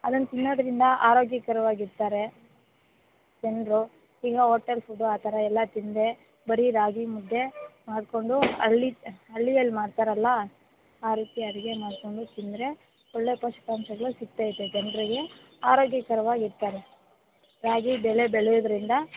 ಅದನ್ನು ತಿನ್ನೋದ್ರಿಂದ ಆರೋಗ್ಯಕರವಾಗಿರ್ತಾರೆ ಜನರು ಈಗ ಹೋಟೇಲ್ ಫುಡ್ ಆ ಥರ ಎಲ್ಲ ತಿಂದರೆ ಬರೀ ರಾಗಿ ಮುದ್ದೆ ಹಾಕ್ಕೊಂಡು ಅಲ್ಲಿ ಹಳ್ಳಿಯಲ್ಲಿ ಮಾಡ್ತಾರಲ್ಲ ಆ ರೀತಿ ಅಡಿಗೆ ಮಾಡಿಕೊಂಡು ತಿಂದರೆ ಒಳ್ಳೆಯ ಪೋಷಕಾಂಶಗಳು ಸಿಗ್ತೈತೆ ಜನರಿಗೆ ಆರೋಗ್ಯಕರವಾಗಿ ಇರ್ತಾರೆ ರಾಗಿ ಬೆಳೆ ಬೆಳಿಯೋದ್ರಿಂದ